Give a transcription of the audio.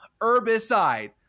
Herbicide